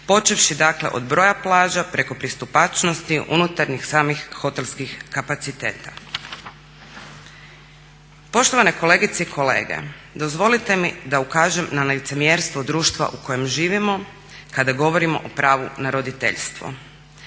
počevši dakle od broja plaža, preko pristupačnosti unutarnjih samih hotelskih kapaciteta. Poštovane kolegice i kolege, dozvolite mi da ukažem na licemjerstvo društva u kojem živimo kada govorimo o pravu na roditeljstvo.